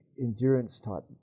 endurance-type